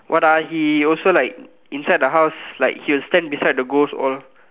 what ah he also like inside the house like he will stand beside the ghost all